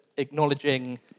acknowledging